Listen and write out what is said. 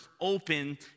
open